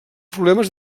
problemes